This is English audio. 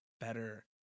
better